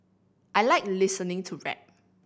I like listening to rap